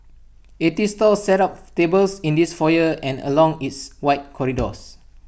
eighty stalls set up tables in its foyer and along its wide corridors